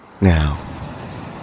Now